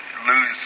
Lose